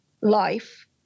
life